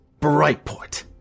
Brightport